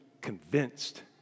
convinced